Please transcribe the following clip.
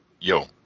Yo